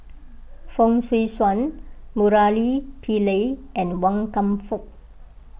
Fong Swee Suan Murali Pillai and Wan Kam Fook